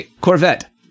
Corvette